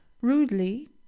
rudely